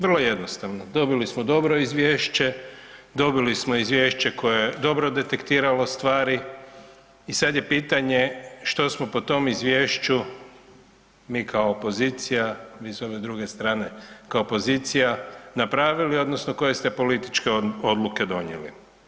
Vrlo jednostavno, dobili smo dobro izvješće, dobili smo izvješće koje je dobro detektiralo stvari i sada je pitanje što smo po tom izvješću mi kao opozicija, mi s ove druge strane kao pozicija napravili odnosno koje ste političke odluke donijeli.